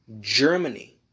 Germany